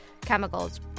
chemicals